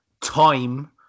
time